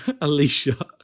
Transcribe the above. Alicia